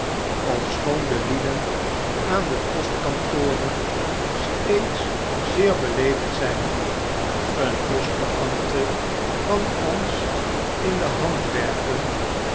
ofschoon de lieden aan de postkantoren steeds zeer beleefd zjjn een eostbeambte kan ons in de hand werken